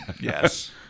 Yes